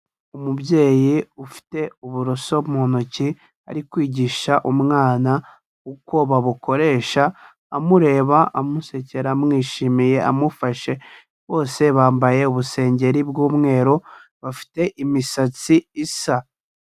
Umubyeyi ufite uburoso mu ntoki ari kwigisha umwana uko babukoresha, amureba amusekera amwishimiye amufashe, bose bambaye ubusengeri bw'umweru bafite imisatsi isa.